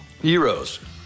Heroes